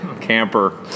camper